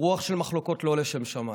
רוח של מחלוקות לא לשם שמיים.